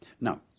Now